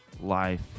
life